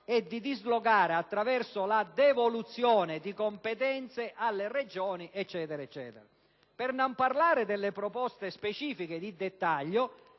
e di dislocare attraverso la devoluzione di competenze alle Regioni (...)». Per non parlare delle proposte specifiche di dettaglio,